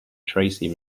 tracy